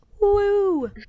Woo